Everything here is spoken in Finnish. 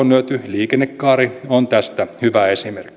liikennekaari on tästä hyvä esimerkki